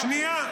שנייה,